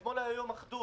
אתמול היה היום אחדות.